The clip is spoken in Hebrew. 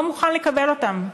לא מוכן לקבל אותם.